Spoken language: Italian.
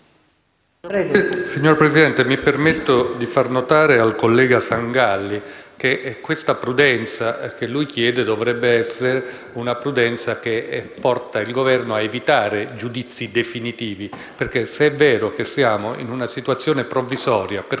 Signora Presidente, mi permetto di far notare al collega Sangalli che la prudenza che lui chiede dovrebbe portare il Governo ad evitare giudizi definitivi, perché se è vero che siamo in una situazione provvisoria